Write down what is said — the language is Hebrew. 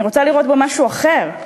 אני רוצה לראות בו משהו אחר.